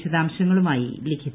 വിശദാംശങ്ങളുമായി ലിഖിത